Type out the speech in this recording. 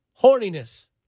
Horniness